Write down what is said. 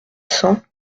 cents